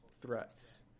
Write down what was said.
threats